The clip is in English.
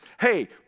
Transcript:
Hey